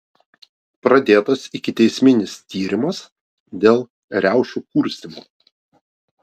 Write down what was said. pradėtas ikiteisminis tyrimas dėl riaušių kurstymo